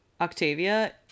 Octavia